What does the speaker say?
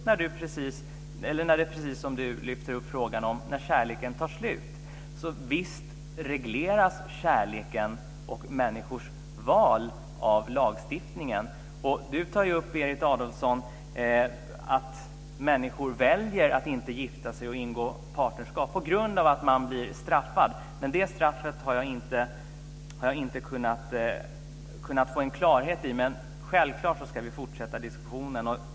Berit Adolfsson lyfter ju fram frågan om vad som händer när kärleken tar slut. Visst regleras kärleken och människors val av lagstiftningen. Berit Adolfsson tar upp att människor väljer att inte gifta sig eller ingå partnerskap på grund av att de blir straffade. Det straffet har jag inte kunnat få någon klarhet i. Självklart ska vi fortsätta diskussionen.